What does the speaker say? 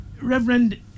Reverend